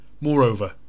Moreover